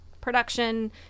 production